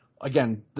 Again